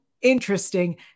interesting